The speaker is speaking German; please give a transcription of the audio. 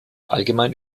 allgemein